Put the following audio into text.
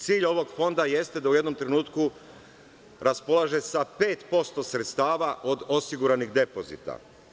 Cilj ovog Fonda jeste da u jednom trenutku raspolaže sa 5% sredstava od osiguranih depozita.